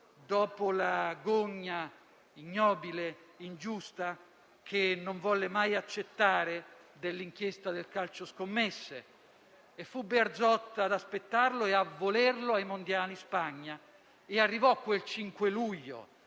dopo la gogna ignobile e ingiusta, che non volle mai accettare, dell'inchiesta del calcioscommesse. Fu Bearzot ad aspettarlo e a volerlo ai mondiali di Spagna e arrivò quel 5 luglio